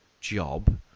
job